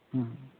ᱦᱩᱸ